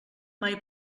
mai